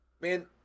man